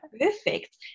perfect